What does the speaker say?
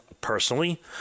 Personally